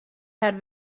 har